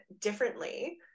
differently